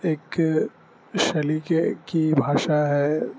ایک سلیقے کی بھاشا ہے